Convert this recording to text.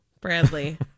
Bradley